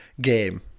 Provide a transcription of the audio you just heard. game